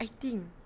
I think